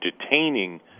detaining